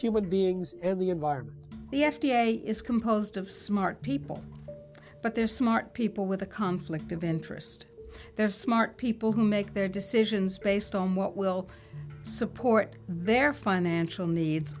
human beings and the environment the f d a is composed of smart people but they're smart people with a conflict of interest they're smart people who make their decisions based on what will support their financial needs